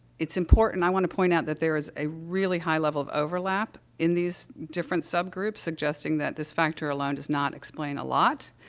it's important i want to point out that there is a really high level of overlap in these different subgroups, suggesting that this factor alone does not explain a lot.